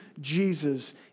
Jesus